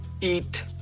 Eat